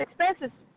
expenses